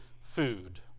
food